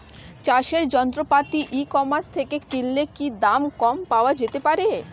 চাষের যন্ত্রপাতি e commerce থেকে কিনলে কি দাম কম পাওয়া যেতে পারে?